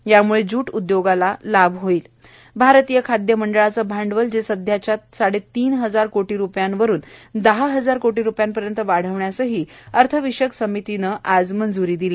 यामुळ ज्यूट उदयोगाला लाभ होणार आह भारतीय खादय मंडळाचं भांडवल सध्याच्या साडतीन हजार कोटी रुपयांवरून दहा हजार कोटी रुपयांपर्यंत वाढवण्यालाही अर्थविषयक समितीनं आज मंज्री दिली